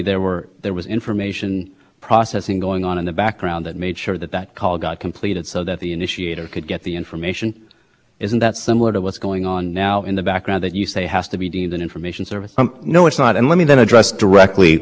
now in the background that you say has to be deemed an information service no it's not and let me then address directly what it is that the commission has said is telecommunications management and why they're wrong in calling that telecommunications management in particular there are two things that are going on the network that contribute to